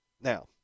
Now